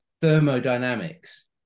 thermodynamics